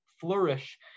flourish